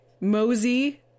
mosey